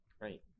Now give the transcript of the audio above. Right